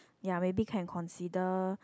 ya maybe can consider